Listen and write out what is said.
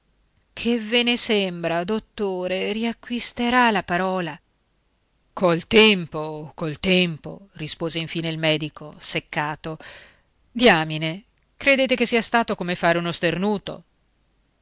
che ve ne sembra dottore riacquisterà la parola col tempo col tempo rispose infine il medico seccato diamine credete che sia stato come fare uno starnuto